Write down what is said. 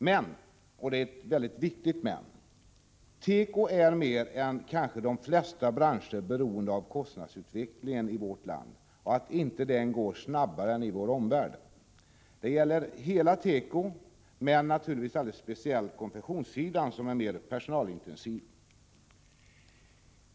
Men — och det är viktigt — teko är kanske mer än de flesta branscher beroende av att kostnadsutvecklingen i vårt land inte går snabbare än i vår omvärld. Det gäller hela teko, men naturligtvis alldeles speciellt konfektionssidan, som är mer personalintensiv.